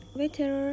weather